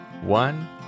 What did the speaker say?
One